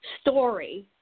story